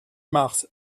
mars